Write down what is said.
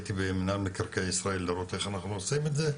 הייתי במינהל מקרקעי ישראל לראות איך אנחנו עושים את זה,